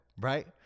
Right